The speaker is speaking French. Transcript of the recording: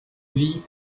vie